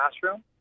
classroom